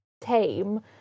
tame